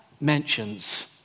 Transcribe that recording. mentions